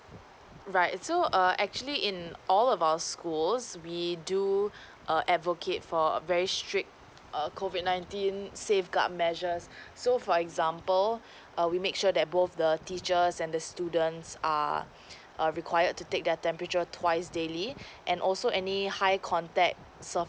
right so err actually in all of our schools we do err advocate for very strict err COVID nineteenth safeguard measures so for example err we make sure that both the teachers and the students are are required to take their temperature twice daily and also any high contact